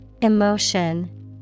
Emotion